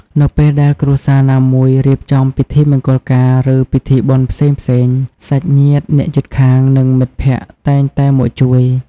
នៅពេលដែលគ្រួសារណាមួយរៀបចំពិធីមង្គលការ ឬពិធីបុណ្យផ្សេងៗ សាច់ញាតិ អ្នកជិតខាង និងមិត្តភក្តិតែងតែមកជួយ។